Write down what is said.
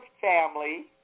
family